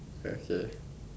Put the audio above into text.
okay